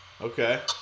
Okay